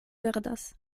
perdas